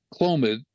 Clomid